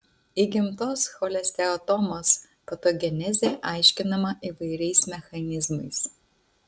įgimtos cholesteatomos patogenezė aiškinama įvairiais mechanizmais